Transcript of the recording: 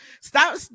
Stop